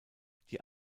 die